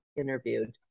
interviewed